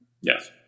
Yes